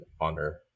honor